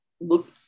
look